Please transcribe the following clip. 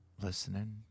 listening